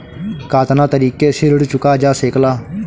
कातना तरीके से ऋण चुका जा सेकला?